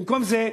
במקום זה,